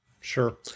Sure